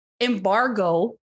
embargo